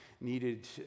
needed